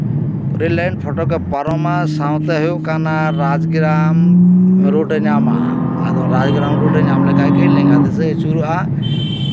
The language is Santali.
ᱨᱮᱞ ᱞᱟᱭᱤᱱ ᱯᱷᱚᱴᱚᱠ ᱮ ᱯᱟᱨᱚᱢᱟ ᱥᱟᱶᱛᱮ ᱦᱩᱭᱩᱜ ᱠᱟᱱᱟ ᱨᱟᱡᱽ ᱜᱨᱮᱟᱢ ᱨᱳᱰ ᱮ ᱧᱟᱢᱟ ᱟᱫᱚ ᱨᱟᱡᱽ ᱜᱨᱮᱢ ᱨᱳᱰᱮ ᱧᱟᱢ ᱞᱮᱠᱷᱟᱱ ᱜᱮ ᱞᱮᱸᱜᱟ ᱛᱤ ᱥᱮᱫ ᱮ ᱟᱹᱪᱩᱨᱚᱜᱼᱟ